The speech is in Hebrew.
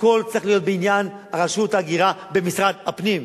הכול צריך להיות ברשות ההגירה במשרד הפנים.